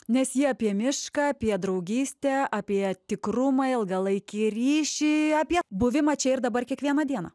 nes ji apie mišką apie draugystę apie tikrumą ilgalaikį ryšį apie buvimą čia ir dabar kiekvieną dieną